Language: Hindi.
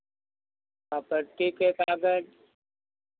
प्रॉपर्टी के कागज़